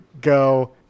go